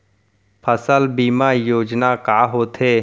फसल बीमा योजना का होथे?